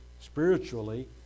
spiritually